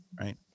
Right